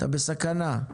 אתה בסכנה.